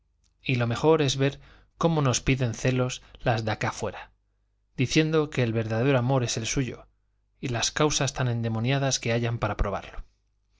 y lo mejor es ver cómo nos piden celos de las de acá fuera diciendo que el verdadero amor es el suyo y las causas tan endemoniadas que hallan para probarlo